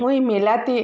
ওই মেলাতে